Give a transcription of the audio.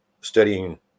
studying